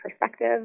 perspective